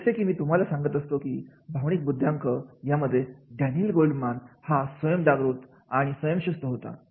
जसे की मी तुम्हाला सांगत असतो की भावनिक बुद्ध्यांक यामध्ये डॅनियल गोल्डमॅन हा स्वयं जागृत आणि स्वयंशिस्त होता